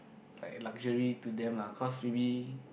like luxury to them lah cause maybe